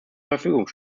verfügung